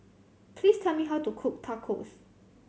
please tell me how to cook Tacos